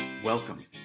Welcome